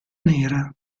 nera